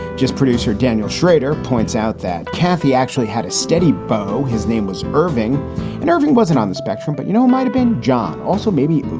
just producer daniel shrader points out that kathy actually had a steady beau. his name was irving and irving wasn't on the spectrum, but, you know, might have been john. also, maybe.